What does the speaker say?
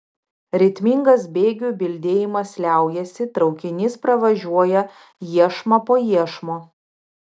ritmingas bėgių bildėjimas liaujasi traukinys pravažiuoja iešmą po iešmo